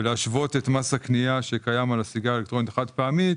ולהשוות את מס הקנייה שקיים על הסיגריה האלקטרונית חד פעמית